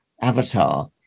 avatar